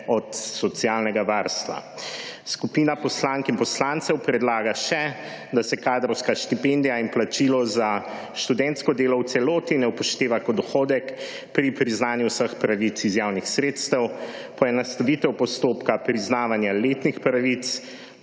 od socialnega varstva. Skupina poslank in poslancev predlaga še, da se kadrovska štipendija in plačilo za študentsko delo v celoti ne upošteva kot dohodek pri priznanju vseh pravic iz javnih sredstev, poenostavitev postopka priznavanja letnih pravic,